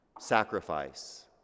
Sacrifice